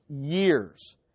years